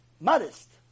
modest